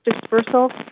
dispersal